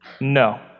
no